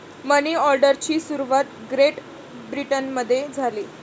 मनी ऑर्डरची सुरुवात ग्रेट ब्रिटनमध्ये झाली